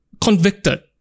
convicted